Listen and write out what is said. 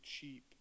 cheap